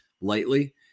lightly